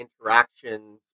interactions